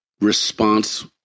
response